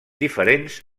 diferents